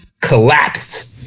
collapsed